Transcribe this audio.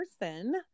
person